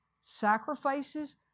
sacrifices